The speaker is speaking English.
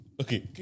Okay